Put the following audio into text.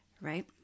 Right